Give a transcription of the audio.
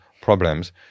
problems